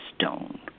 stone